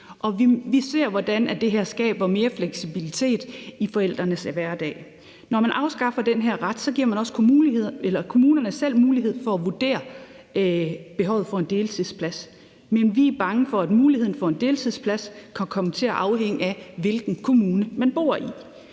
Vi ser, hvordan det her skaber mere fleksibilitet i forældrenes hverdag. Når man afskaffer den her ret giver man også kommunerne selv mulighed for at vurdere behovet for en deltidsplads, men vi er bange for, at muligheden for at få en deltidsplads kan komme til at afhænge af, hvilken kommune man bor i.